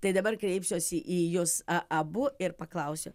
tai dabar kreipsiuosi į jus a abu ir paklausiu